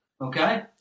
okay